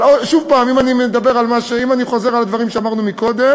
אבל שוב, אם אני חוזר על הדברים שאמרנו קודם,